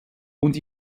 und